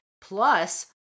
Plus